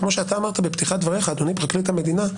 כמו שאתה אמרת בפתיחת דבריך אדוני פרקליט המדינה,